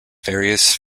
various